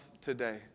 today